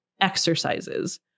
exercises